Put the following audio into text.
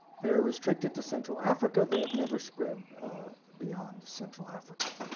they are restricted to central africa they have never spread beyond central africa.